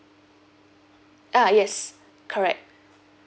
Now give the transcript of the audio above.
ah yes correct